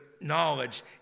knowledge